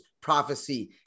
prophecy